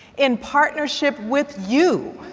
in partnership with you,